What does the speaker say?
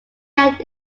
had